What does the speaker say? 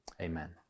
Amen